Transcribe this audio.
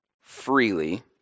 freely